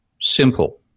Simple